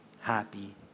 happy